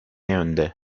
yönde